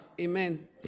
Amen